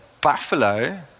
buffalo